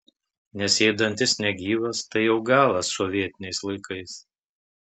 nes jei dantis negyvas tai jau galas sovietiniais laikais